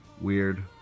Weird